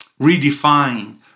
redefine